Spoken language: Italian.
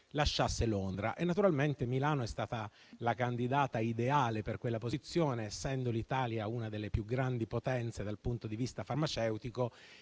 lasciasse Londra e naturalmente Milano è stata la candidata ideale per quella posizione, essendo l'Italia una delle più grandi potenze dal punto di vista farmaceutico.